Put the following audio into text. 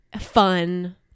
fun